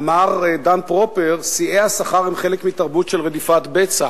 אמר דן פרופר: שיאי השכר הם חלק מתרבות של רדיפת בצע,